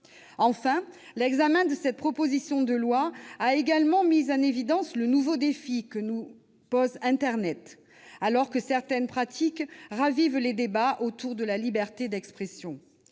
Enfin, l'examen de cette proposition de loi a mis en lumière le nouveau défi que nous pose internet, alors que certaines pratiques ravivent les débats relatifs à la liberté d'expression.